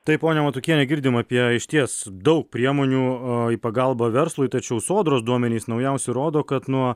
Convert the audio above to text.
taip ponia matukiene girdim apie išties daug priemonių į pagalbą verslui tačiau sodros duomenys naujausi rodo kad nuo